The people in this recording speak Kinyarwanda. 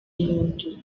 nyundo